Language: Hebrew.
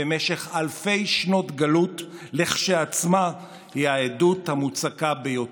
במשך אלפי שנות גלות היא כשלעצמה העדות המוצקה ביותר.